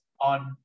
on